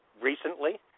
recently